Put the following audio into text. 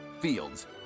Fields